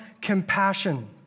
compassion